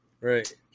Right